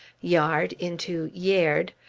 yard into yaird,